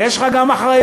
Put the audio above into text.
יש לך גם אחריות.